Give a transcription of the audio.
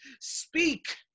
speak